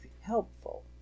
helpful